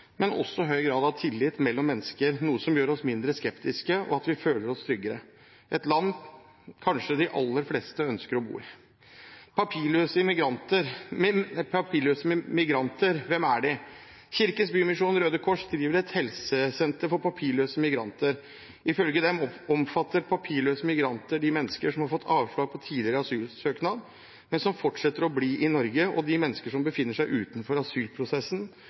men også høy grad av tillit mellom mennesker, noe som gjør oss mindre skeptiske og at vi føler oss tryggere – et land kanskje de aller fleste ønsker å bo i. Papirløse migranter – hvem er de? Kirkens Bymisjon og Røde Kors driver et helsesenter for papirløse migranter. Ifølge dem omfatter papirløse migranter de mennesker som har fått avslag på tidligere asylsøknad, men som fortsetter å bli i Norge, og de mennesker som befinner seg utenfor asylprosessen